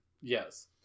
yes